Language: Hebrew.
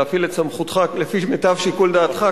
להפעיל את סמכותך לפי מיטב שיקול דעתך,